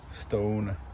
stone